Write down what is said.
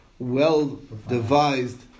well-devised